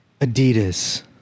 Adidas